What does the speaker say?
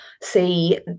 see